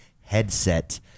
headset